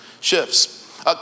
shifts